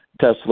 Tesla